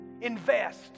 Invest